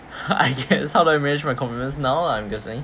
I guess how do I manage my commitments now lah I'm guessing